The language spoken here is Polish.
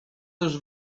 też